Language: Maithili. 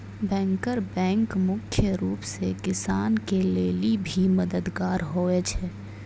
बैंकर बैंक मुख्य रूप से किसान के लेली भी मददगार हुवै छै